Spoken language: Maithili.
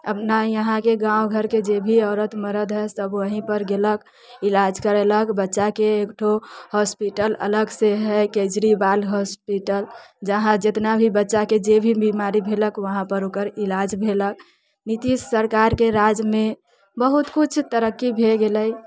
अपना इहाँके गाँव घरके जे भी औरत मर्द हय सभ वहींपर गेलक इलाज करेलक बच्चाके एकठो हॉस्पिटल अलगसँ हय केजरीवाल हॉस्पिटल जहाँ जेतना भी बच्चाके जे भी बीमारी भेलक उहाँपर ओकर इलाज भेलक नीतीश सरकारके राजमे बहुत कुछ तरक्की भए गेलै